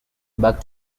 back